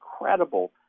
incredible